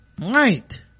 right